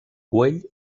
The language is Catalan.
güell